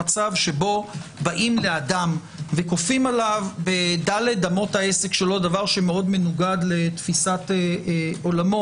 שמצב שבו כופים על אדם בדל"ת אמות עסקו דבר שמאוד מנוגד לתפיסת עולמו,